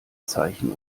zeichen